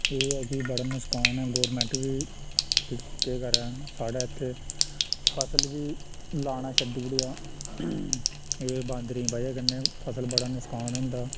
केह् ऐ कि बड़ा नकसान ऐ गौरमैंट बी केह् करै साढ़ै इत्थै फसल बी लाना छडुड़ेआ एह् बांदरें दी बजह कन्नै फसल बड़ा नकसान होंदा